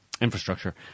infrastructure